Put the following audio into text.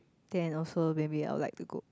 then also maybe I'll like to go